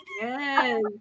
Yes